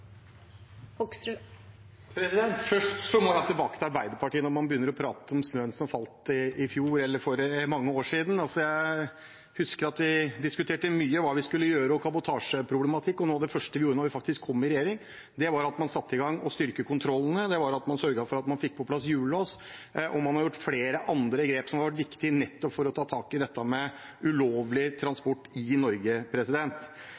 Først må jeg tilbake til Arbeiderpartiet – når man begynner å prate om snøen som falt i fjor, eller for mange år siden. Jeg husker at vi diskuterte mye hva vi skulle gjøre, og kabotasjeproblematikk, og noe av det første vi gjorde da vi kom i regjering, var at vi satte i gang med å styrke kontrollene, og vi sørget for at vi fikk på plass hjullås. Vi har også gjort flere andre grep som har vært viktige nettopp for å ta tak i dette med ulovlig